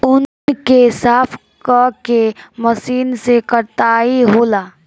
ऊँन के साफ क के मशीन से कताई होला